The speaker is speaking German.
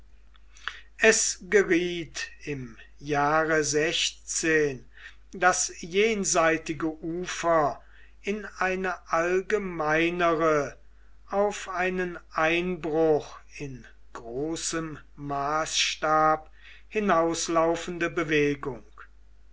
es geriet im jahre das jenseitige ufer in eine allgemeinere auf einen einbruch in großem maßstab hinauslaufende bewegung